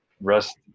rest